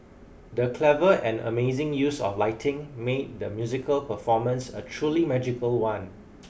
the clever and amazing use of lighting made the musical performance a truly magical one